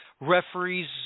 referees